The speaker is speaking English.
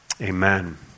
Amen